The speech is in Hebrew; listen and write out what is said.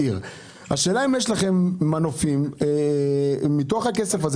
השאלה אם יש לכם מנופים מתוך הכסף הזה